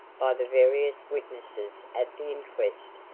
by the various witnesses at the inquest,